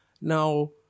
Now